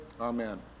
amen